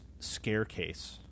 Scarecase